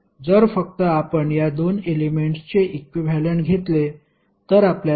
जर फक्त आपण या 2 एलेमेंट्सचे इक्विव्हॅलेंट घेतले तर आपल्याला 7